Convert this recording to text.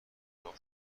چاق